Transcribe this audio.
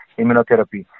immunotherapy